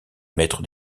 maître